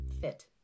fit